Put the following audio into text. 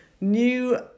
new